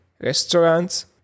restaurants